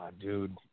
dude